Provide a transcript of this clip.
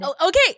Okay